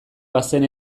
bazen